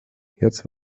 jetzt